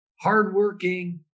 hardworking